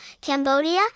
Cambodia